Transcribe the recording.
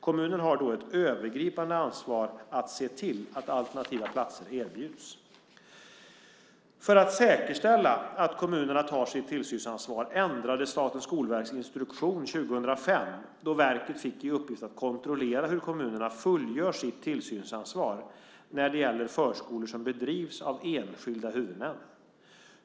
Kommunen har då ett övergripande ansvar att se till att alternativa platser erbjuds. För att säkerställa att kommunerna tar sitt tillsynsansvar ändrades Statens skolverks instruktion 2005, då verket fick i uppgift att kontrollera hur kommunerna fullgör sitt tillsynsansvar när det gäller förskolor som bedrivs av enskilda huvudmän.